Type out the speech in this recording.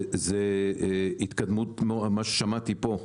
זה התקדמות מה ששמעתי פה,